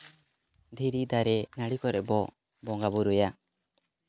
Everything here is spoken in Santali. ᱫᱷᱤᱨᱤ ᱫᱟᱨᱮ ᱱᱟᱹᱲᱤ ᱠᱚᱨᱮᱜ ᱵᱚ ᱵᱚᱸᱜᱟᱼᱵᱳᱨᱳᱭᱟ